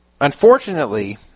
Unfortunately